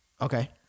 Okay